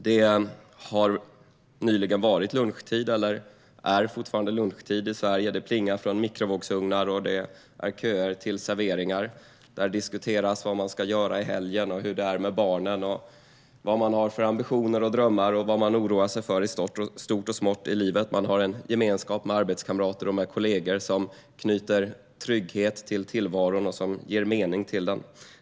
Det har nyligen varit lunchtid, eller är fortfarande lunchtid, i Sverige. Det plingar från mikrovågsugnar och det är köer till serveringar. Där diskuteras vad man ska göra i helgen, hur det är med barnen, vilka ambitioner och drömmar man har samt vad man oroar sig för i stort och smått i livet. Man har en gemenskap med arbetskamrater och kollegor som knyter trygghet till och ger mening i tillvaron.